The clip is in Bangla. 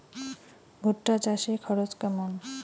ভুট্টা চাষে খরচ কেমন?